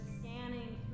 scanning